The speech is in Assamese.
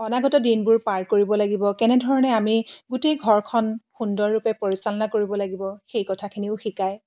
অনাগত দিনবোৰ পাৰ কৰিব লাগিব কেনেধৰণে আমি গোটেই ঘৰখন সুন্দৰৰূপে পৰিচালনা কৰিব লাগিব সেই কথাখিনিও শিকায়